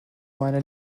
meiner